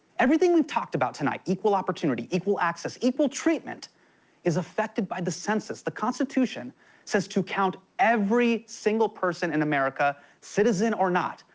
everything we've talked about tonight, equal opportunity, equal access, equal treatment is affected by the census. the constitution says to count every single person in america, citizen or not.